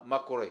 מה קורה?